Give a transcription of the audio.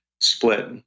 split